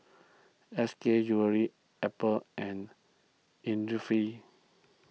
S K Jewellery Apple and Innisfree